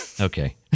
Okay